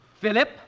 Philip